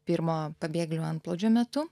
pirmo pabėgėlių antplūdžio metu